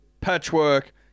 Patchwork